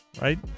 Right